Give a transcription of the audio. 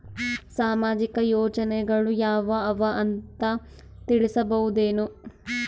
ಸಾಮಾಜಿಕ ಯೋಜನೆಗಳು ಯಾವ ಅವ ಅಂತ ತಿಳಸಬಹುದೇನು?